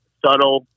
subtle